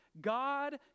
God